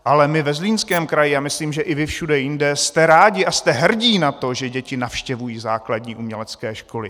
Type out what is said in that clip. Ale my ve Zlínském kraji a myslím, že i vy všude jinde, jste rádi a jste hrdí na to, že děti navštěvují základní umělecké školy.